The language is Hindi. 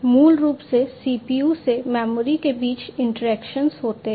मूल रूप से CPU से मेमोरी के बीच इंटरैक्शन होता है